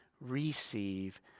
receive